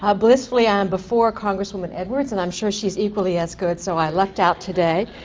ah blissfully, i am before congress women edwards and i'm sure she is equally as good so i lucked out today.